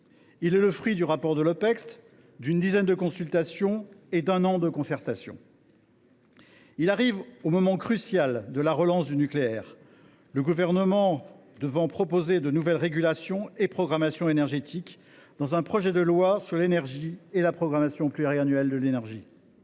il est le fruit du rapport de l’Opecst, d’une dizaine de consultations et d’un an de concertations. Il arrive au moment crucial de la relance du nucléaire, le Gouvernement devant proposer de nouvelles régulation et programmation énergétiques, dans un projet de loi sur l’énergie et dans la programmation pluriannuelle de l’énergie.